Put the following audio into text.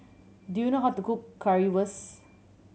do you know how to cook Currywurst